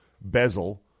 bezel